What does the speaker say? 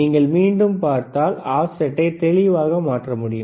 நீங்கள் மீண்டும் பார்த்தால் ஆஃப்செட்டை தெளிவாக மாற்றலாம்